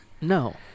No